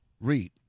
Read